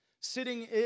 sitting